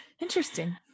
Interesting